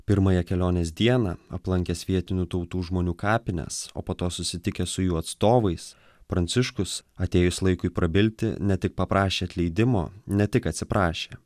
pirmąją kelionės dieną aplankęs vietinių tautų žmonių kapines o po to susitikęs su jų atstovais pranciškus atėjus laikui prabilti ne tik paprašė atleidimo ne tik atsiprašė